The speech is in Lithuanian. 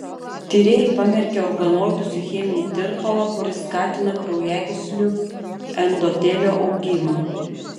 tyrėjai pamerkė organoidus į cheminį tirpalą kuris skatina kraujagyslių endotelio augimą